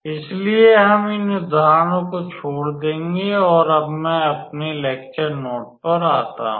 इसलिए हम इन उदाहरणों को छोड़ देंगे और अब मैं अपने लेक्चर नोट पर हूँ